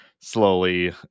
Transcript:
slowly